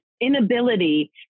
inability